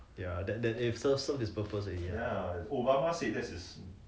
ya they they serve serve this purpose already